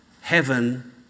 Heaven